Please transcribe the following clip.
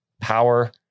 power